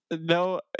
no